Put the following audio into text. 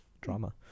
Drama